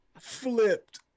flipped